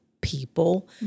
people